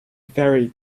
fairy